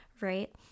right